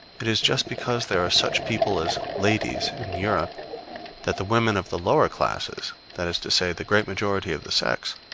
it is just because there are such people as ladies in europe that the women of the lower classes, that is to say, the great majority of the sex,